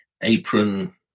apron